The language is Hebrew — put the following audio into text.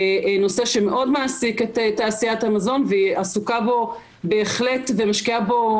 נושא שמאוד מעסיק את תעשיית המזון והיא עסוקה בו ומשקיעה בו